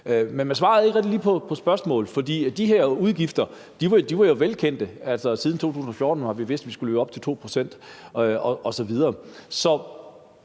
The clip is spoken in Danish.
Men man svarede ikke lige rigtig på spørgsmålet, for de her udgifter var jo velkendte, og vi har siden 2014 vidst, at vi skulle leve op til 2 pct. osv.